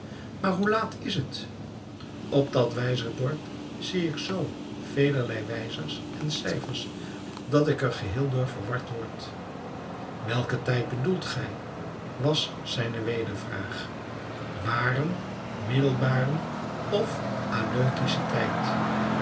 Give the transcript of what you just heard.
maar hoe laat is het op dat wijzerbord zie ik zoo velerlei wijzers en cijfers dat ik er geheel door verward word welken tijd bedoelt gij was zijne wedervraag waren middelbaren of aleutischen tijd